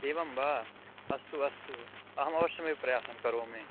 एवं वा अस्तु अस्तु अहम् अवश्यमेव प्रयासं करोमि